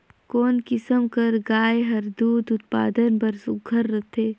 कोन किसम कर गाय हर दूध उत्पादन बर सुघ्घर रथे?